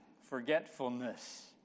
forgetfulness